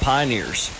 Pioneers